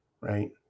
right